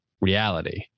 reality